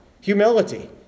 Humility